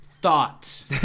Thoughts